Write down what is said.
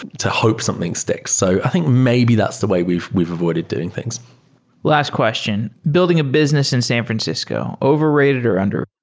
to hope something sticks. so i think maybe that's the way we've we've avoided doing things last question. building a business in san francisco, overated or under?